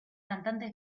cantante